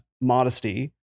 modesty